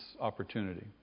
opportunity